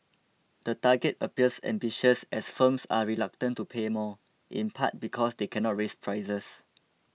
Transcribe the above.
the target appears ambitious as firms are reluctant to pay more in part because they cannot raise prices